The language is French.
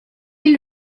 est